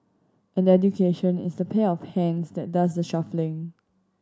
and education is the pair of hands that does the shuffling